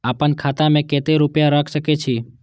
आपन खाता में केते रूपया रख सके छी?